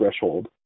threshold